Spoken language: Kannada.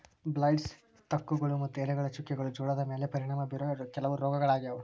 ಬ್ಲೈಟ್ಸ್, ತುಕ್ಕುಗಳು ಮತ್ತು ಎಲೆಗಳ ಚುಕ್ಕೆಗಳು ಜೋಳದ ಮ್ಯಾಲೆ ಪರಿಣಾಮ ಬೇರೋ ಕೆಲವ ರೋಗಗಳಾಗ್ಯಾವ